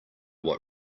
what